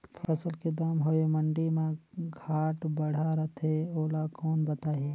फसल के दम हवे मंडी मा घाट बढ़ा रथे ओला कोन बताही?